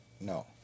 No